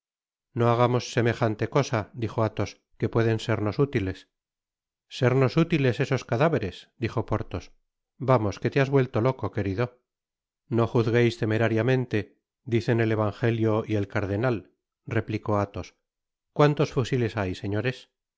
no hagamos semejante cosa dijo athos que pueden sernos útiles sernos útiles esos cadáveres dijo porthos vamos que te has vuelto loco querido no juzgueis temerariamente dicen el evangelio y el cardenal replicó athos cuántos fusiles hay señores